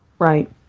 Right